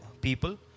people